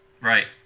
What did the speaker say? Right